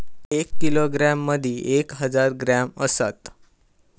एक किलोग्रॅम मदि एक हजार ग्रॅम असात